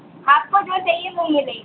आपको जो चाहिए वह मिलेगी